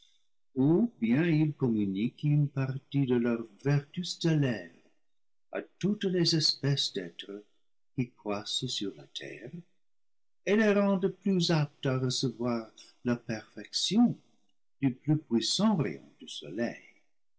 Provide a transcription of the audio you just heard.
bien ils communiquent une partie de leur vertu stellaire à toutes les espèces d'êtres qui croissent sur la terre et les rendent plus aptes à recevoir la perfection du plus puissant rayon du soleil